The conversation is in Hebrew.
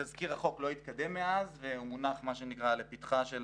תזכיר החוק לא התקדם מאז והוא מונח לפתחה של